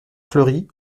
fleury